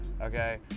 okay